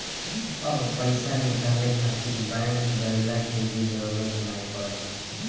अब पईसा निकाले खातिर बैंक गइला के भी जरुरत नाइ पड़त हवे